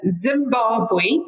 Zimbabwe